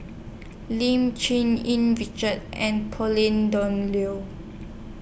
Lim Cherng Yih Richard and Pauline Dawn Loh